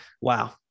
wow